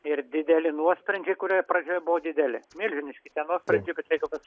ir dideli nuosprendžiai kurie pradžioje buvo dideli milžiniški tie nuosprendžiai kad jeigu tas